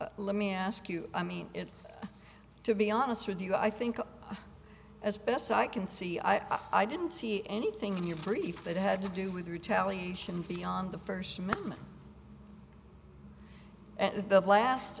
let me ask you i mean to be honest with you i think as best i can see i i didn't see anything in your brief that had to do with retaliation beyond the first amendment and the blast